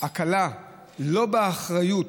הקלה - לא באחריות